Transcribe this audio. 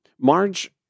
Marge